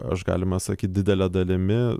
aš galima sakyt didele dalimi